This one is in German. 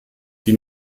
die